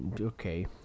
Okay